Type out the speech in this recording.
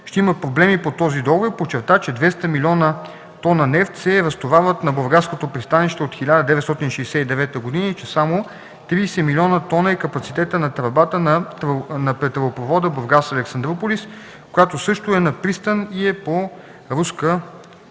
ще има проблеми по този договор и подчерта, че 200 млн. т нефт се разтоварват на Бургаското пристанище от 1969 г. и че само 30 млн. т е капацитетът на тръбата на петролопровода Бургас – Александруполис, която също е на пристан и е по руска технология.